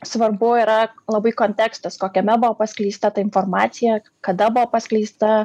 svarbu yra labai kontekstas kokiame buvo paskleista ta informacija kada buvo paskleista